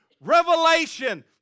revelation